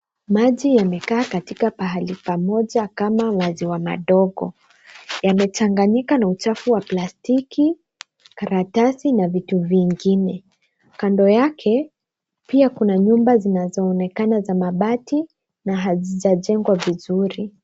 Maji yamekaa katika pahali pamoja kama maziwa madogo. yamechanganika na uchafu wa plastiki, karatasi na vitu vingine. Kando yake pia kuna nyumba zinazoonekana za mabati na hazijajengwa vizuri.